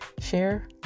share